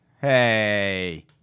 Hey